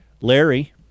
Larry